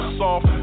soft